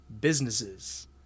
businesses